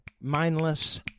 mindless